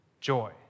Joy